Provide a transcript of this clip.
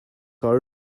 are